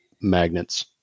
magnets